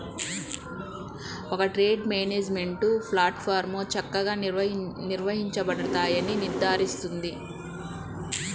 ఒక trade management ప్లాట్ఫారమ్లో చక్కగా నిర్వహించబడతాయని నిర్ధారిస్తుంది